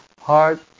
heart